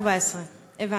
2014. הבנתי.